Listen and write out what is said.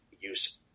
use